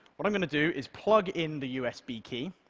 what i'm going to do is plug in the usb key.